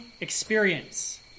experience